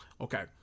okay